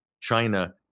China